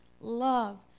love